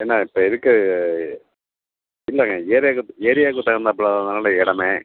ஏன்னால் இப்போ இருக்கற இல்லைங்க ஏரியாக்கு ஏரியாக்கு தகுந்தாப்ல இருந்தனால் தான் இந்த இடமே